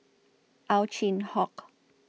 Ow Chin Hock